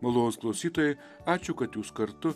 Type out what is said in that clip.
malonūs klausytojai ačiū kad jūs kartu